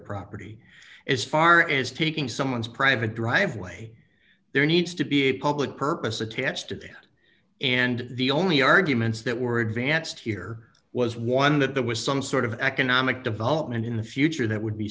property as far as taking someone's private driveway there needs to be a public purpose attached to it and the only arguments that were advanced here was one that there was some sort of economic development in the future that would be